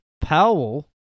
Powell